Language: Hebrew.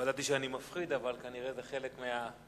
לא ידעתי שאני מפחיד, אבל כנראה זה חלק מהתארים.